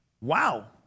Wow